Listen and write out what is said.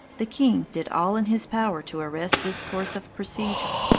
the king did all in his power to arrest this course of procedure.